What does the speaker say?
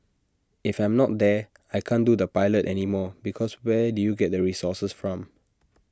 if I'm not there I can't do the pilot anymore because where do you get the resources from